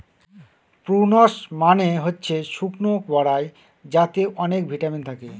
prunes মানে হচ্ছে শুকনো বরাই যাতে অনেক ভিটামিন থাকে